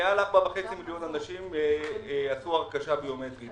יותר מ-4.5 מיליון אנשים עשו הרכשה ביומטרית.